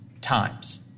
times